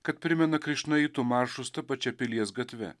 kad primena krišnaitų maršus ta pačia pilies gatve